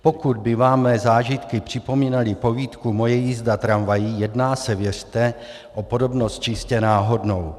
Pokud by vám mé zážitky připomínaly povídku Moje jízda tramvají, jedná se, věřte, o podobnost čistě náhodnou.